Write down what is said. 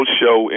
show